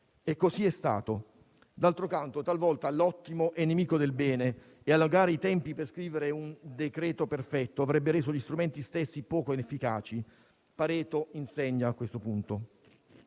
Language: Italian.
E così è stato. D'altro canto, talvolta, l'ottimo è nemico del bene e allungare i tempi per scrivere un decreto perfetto avrebbe reso gli strumenti stessi poco efficaci. Pareto insegna, a questo punto.